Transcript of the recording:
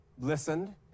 listened